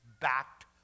backed